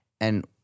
And-